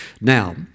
Now